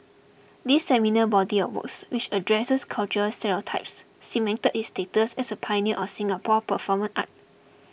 this seminal body of works which addresses cultural stereotypes cemented his status as a pioneer of Singapore performance art